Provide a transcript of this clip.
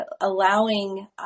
allowing